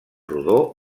rodó